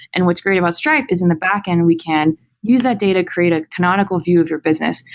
and what's great about stripe is in the backend, we can use that data, create a canonical view of your business.